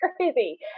crazy